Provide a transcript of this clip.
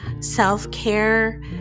self-care